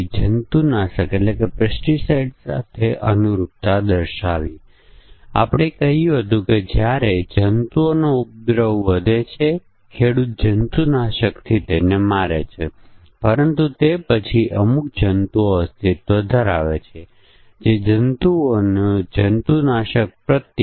પણ કેટલીકવાર આપણી સિસ્ટમની ગોઠવણીઓ પણ પરિણામને અસર કરે છે ઉદાહરણ તરીકે જો આપણે કોઈ પ્રોગ્રામને નિષ્ણાત મોડમાં અથવા શિખાઉ મોડમાં અથવા મધ્યસ્થ મોડમાં સેટ કરીએ છીએ જેથી આ સિસ્ટમની ગોઠવણીઓ છે જેમાં પ્રોગ્રામ જુદી જુદી રીતે વર્તે છે